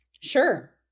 Sure